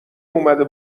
اومده